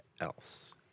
else